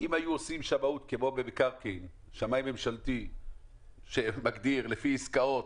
אם היו עושים שמאות כמו במקרקעין - ששמאי ממשלתי מגדיר לפי עסקאות,